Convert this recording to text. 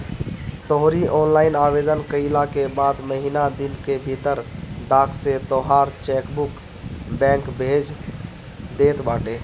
तोहरी ऑनलाइन आवेदन कईला के बाद महिना दिन के भीतर डाक से तोहार चेकबुक बैंक भेज देत बाटे